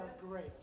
great